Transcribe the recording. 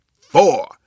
four